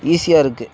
ஈஸியாக இருக்குது